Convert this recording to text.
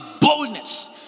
boldness